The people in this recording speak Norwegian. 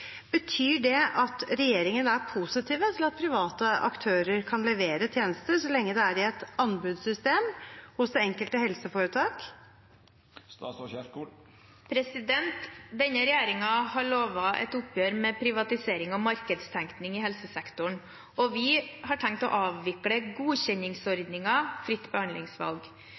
Betyr det at regjeringen er positive til at private aktører kan levere tjenester, så lenge det er i et anbudssystem hos det enkelte helseforetaket?» Denne regjeringen har lovet et oppgjør med privatisering og markedstenkning i helsesektoren. Vi har tenkt å avvikle godkjenningsordningen i fritt behandlingsvalg.